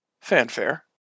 fanfare